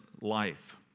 life